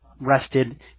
rested